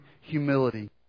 humility